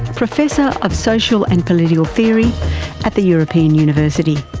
professor of social and political theory at the european university.